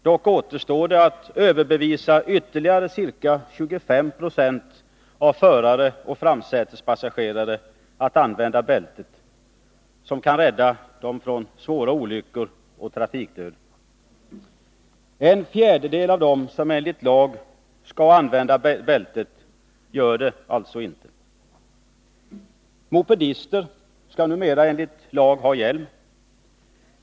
Dock återstår det att övertala ytterligare ca 25 Jo av förarna och framsätespassagerarna att använda bältet, som kan rädda dem från svåra skador och trafikdöd. En fjärdedel av alla dem som enligt lagen skall använda bältet gör det alltså inte. Mopedister skall numera enligt lagen ha hjälm.